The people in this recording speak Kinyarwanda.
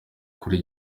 kuri